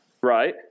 Right